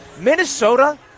Minnesota